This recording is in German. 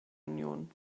union